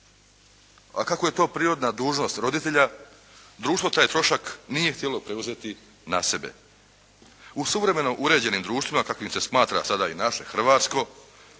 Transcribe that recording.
a kako je to prirodna dužnost roditelja, društvo taj trošak nije htjelo preuzeti na sebe. U suvremeno uređenim društvima, kakvim se smatra sada i naše hrvatsko,